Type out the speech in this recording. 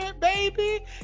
baby